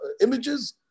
images